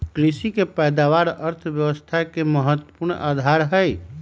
कृषि के पैदावार अर्थव्यवस्था के महत्वपूर्ण आधार हई